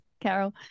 carol